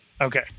Okay